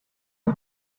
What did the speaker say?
tea